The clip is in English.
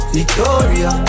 Victoria